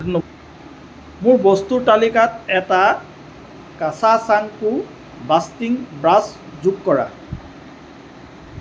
মোৰ বস্তুৰ তালিকাত এটা কাছাচাংকো বাষ্টিং ব্ৰাছ যোগ কৰা